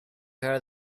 her